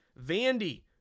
Vandy